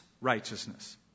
righteousness